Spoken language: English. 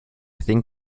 think